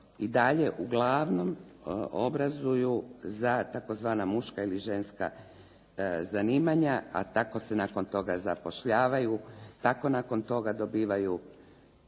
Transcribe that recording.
i dalje uglavnom obrazuju za tzv. muška ili ženska zanimanja, a tako se nakon toga zapošljavaju, tako nakon toga dobivaju